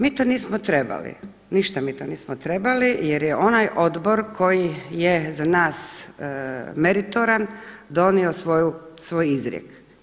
Mi to nismo trebali, ništa mi to nismo trebali jer je onaj odbor koji je za nas meritoran donio svoj izrijek.